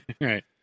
right